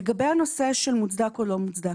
לגבי הנושא של מוצדק או לא מוצדק.